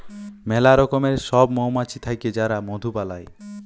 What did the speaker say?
ম্যালা রকমের সব মমাছি থাক্যে যারা মধু বালাই